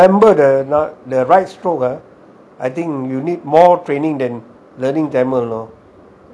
to remember the right stroke ah I think you need more training than learning tamil know